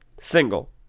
single